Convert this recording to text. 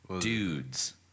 Dudes